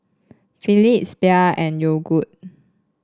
Philips Bia and Yogood